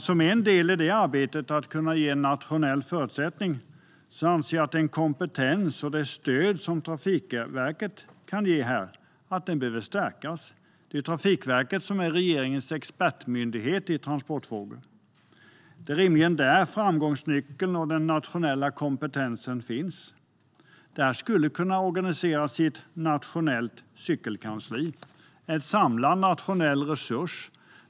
Som en del i arbetet att kunna ge nationella förutsättningar anser jag att den kompetens och det stöd som Trafikverket kan ge behöver stärkas. Det är Trafikverket som är regeringens expertmyndighet i transportfrågor. Det är rimligen där framgångsnyckeln och den nationella kompetensen finns. Detta skulle kunna organiseras i ett nationellt cykelkansli - en samlad nationell resurs.